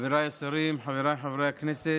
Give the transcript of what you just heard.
חבריי השרים, חבריי חברי הכנסת,